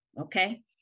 Okay